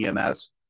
EMS